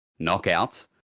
knockouts